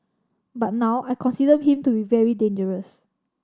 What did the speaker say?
but now I consider him to be very dangerous